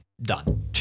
done